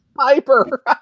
Piper